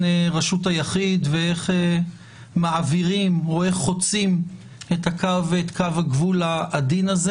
רשות היחיד ואיך חוצים את קו הגבול העדין הזה.